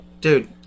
dude